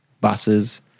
Buses